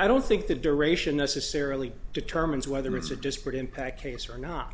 i don't think the duration necessarily determines whether it's a disparate impact case or not